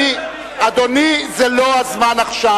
זה בסדר, אדוני, זה לא הזמן עכשיו.